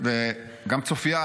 גם צופיה,